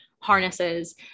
harnesses